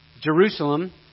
Jerusalem